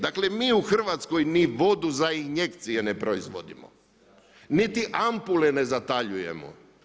Dakle mi u Hrvatskoj ni vodu za injekcije ne proizvodimo, niti ampule ne zataljujemo.